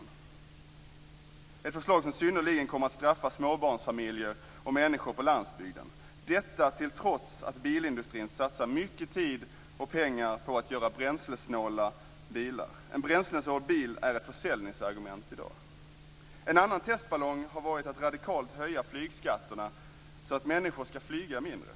Det är ett förslag som synnerligen kommer att straffa småbarnsfamiljer och människor på landsbygden - detta trots att bilindustrin satsar mycket tid och pengar på att göra bränslesnåla bilar. En bränslesnål bil är ett försäljningsargument i dag. En annan testballong har varit att radikalt höja flygskatterna så att människor ska flyga mindre.